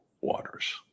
waters